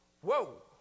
whoa